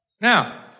Now